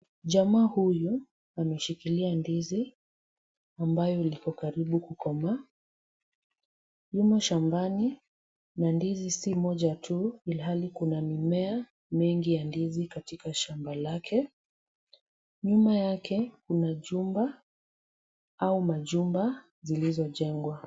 Jamaa huyu ameshikilia ndizi ambayo iko karibu kukomaa. Nyuma shambani, kuna ndizi si moja tu ilhali kuna mimea nyingi ya ndizi katika shamba lake. Nyuma yake kuna jumba au majumba yaliyojengwa.